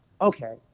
okay